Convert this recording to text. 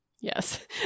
Yes